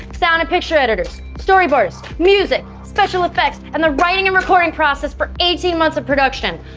sound and picture editors, storyboards, music, special effects, and the writing and recording process for eighteen months of production.